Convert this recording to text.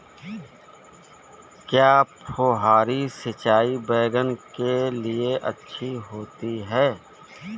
क्या फुहारी सिंचाई बैगन के लिए अच्छी होती है?